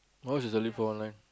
why is the leaf online